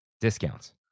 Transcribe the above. discounts